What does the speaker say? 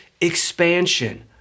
expansion